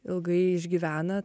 ilgai išgyvena